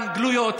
גלויות.